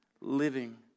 living